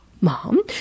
Mom